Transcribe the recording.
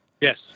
yes